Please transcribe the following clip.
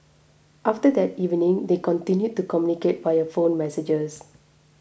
after that evening they continued to communicate via phone messages